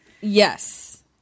Yes